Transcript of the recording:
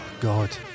God